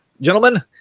gentlemen